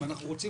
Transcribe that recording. אבל אני חושב